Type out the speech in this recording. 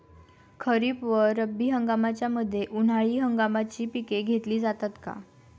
खरीप व रब्बी हंगामाच्या मध्ये उन्हाळी हंगामाची पिके घेतली जातात का?